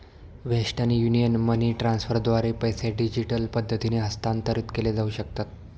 western Union money ट्रान्स्फरद्वारे पैसे digital पद्धतीने हस्तांतरित केले जाऊ शकतात